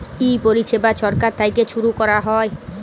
ই পরিছেবা ছরকার থ্যাইকে ছুরু ক্যরা হ্যয়